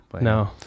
No